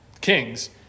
kings